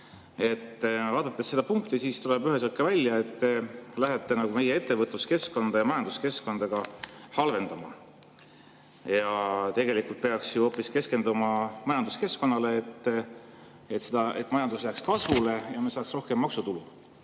jõukohasem." Siit punktist tuleb üheselt välja, et te lähete meie ettevõtluskeskkonda ja majanduskeskkonda halvendama. Tegelikult peaks hoopis keskenduma majanduskeskkonnale, et majandus läheks kasvule ja me saaks rohkem maksutulu.